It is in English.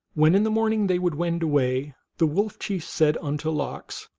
when in the morning they would wend away, the wolf chief said unto lox,